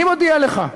אני מודיע לך: